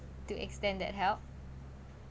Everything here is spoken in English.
to extend that help